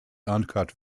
uncut